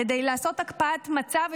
כדי לעשות הקפאת מצב,